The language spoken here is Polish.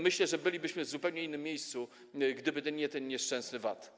Myślę, że bylibyśmy w zupełnie innym miejscu, gdyby nie ten nieszczęsny VAT.